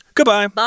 Goodbye